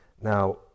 Now